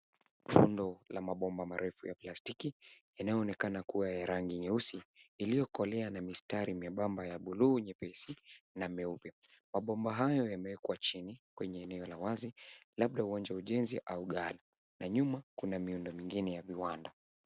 Rundo la mabomba marefu ya plastiki inayoonekana kuwa ya rangi nyeusi iliyokolea na mistari membamba ya buluu nyepesi na meupe. Mabomba hayo yamewekwa chini kwenye eneo la wazi labda uwanja wa ujenzi au ghala na nyuma kuna miundo mingine ya viwanda.